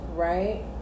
Right